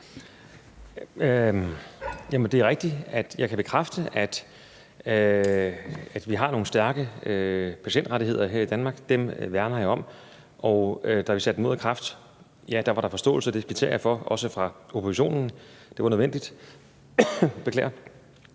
det er rigtigt, at jeg kan bekræfte, at vi har nogle stærke patientrettigheder her i Danmark – dem værner jeg om. Og da vi satte dem ud af kraft, ja, da var der forståelse, også fra oppositionen, og det kvitterer jeg for; det var nødvendigt. Men